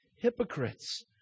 hypocrites